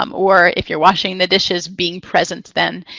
um or if you're washing the dishes, being present then.